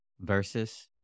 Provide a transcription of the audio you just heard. versus